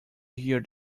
hear